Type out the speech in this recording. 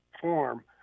form